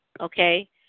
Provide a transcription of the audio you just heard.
okay